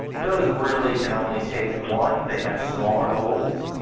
those really can only take one. they have smaller holes,